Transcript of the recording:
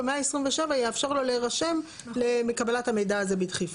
ו-127 יאפשר לו להירשם לקבלת המידע הזה בדחיפה.